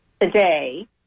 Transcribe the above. today